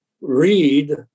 read